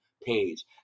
Page